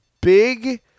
big